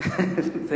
שוורץ זה שחור.